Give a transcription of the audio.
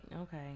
Okay